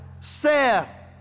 Seth